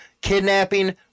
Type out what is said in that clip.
kidnapping